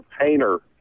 painter